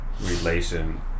relation